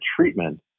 treatment